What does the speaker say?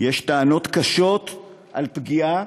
יש טענות קשות על פגיעה